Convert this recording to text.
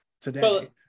today